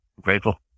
Grateful